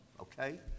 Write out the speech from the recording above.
okay